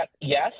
yes